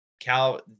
Cal